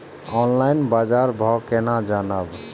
Online बाजार भाव केना जानब?